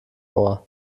ohr